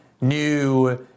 new